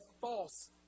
false